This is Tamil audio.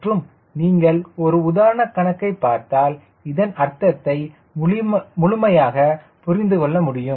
மற்றும் நீங்கள் ஒரு உதாரண கணக்கை பார்த்தால் இதன் அர்த்தத்தை முழுமையாக புரிந்துகொள்ள முடியும்